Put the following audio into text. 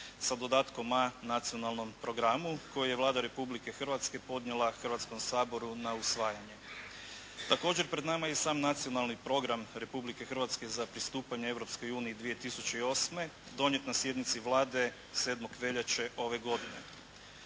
sa dodatkom A Nacionalnom programu koji je Vlada Republike Hrvatske podnijela Hrvatskom saboru na usvajanje. Također, pred nama je i sam Nacionalni program Republike Hrvatske za pristupanje Europskoj uniji 2008. donijet na sjednici Vlade 7. veljače ove godine.